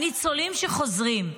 הניצולים שחוזרים,